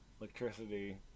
Electricity